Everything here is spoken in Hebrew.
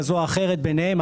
כזו או אחרת ביניהם,